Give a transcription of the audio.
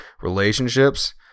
relationships